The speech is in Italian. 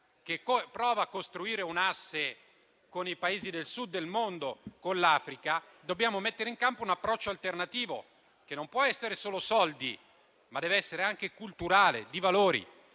che prova a costruire un'asse con i Paesi del Sud del mondo, con l'Africa, dobbiamo mettere in campo un approccio alternativo, che non può essere solo finanziario, ma deve essere anche culturale, di valori.